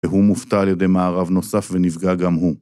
והוא מופתע על-ידי מארב נוסף ונפגע גם הוא.